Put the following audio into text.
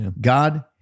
God